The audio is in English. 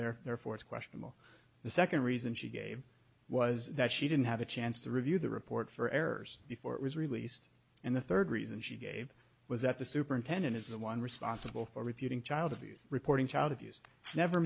therefore it's questionable the second reason she gave was that she didn't have a chance to review the report for errors before it was released and the third reason she gave was that the superintendent is the one responsible for refuting child abuse reporting child abuse never